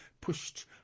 pushed